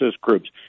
groups